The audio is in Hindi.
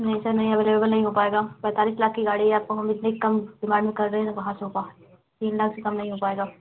नहीं सर नहीं अवेलेबल नहीं हो पाएगा पैंतालीस लाख की गाड़ी आपको हम इतने कम डिमांड कर रहे हैं कहाँ से होगा तीन लाख से कम नहीं हो पाएगा